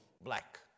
black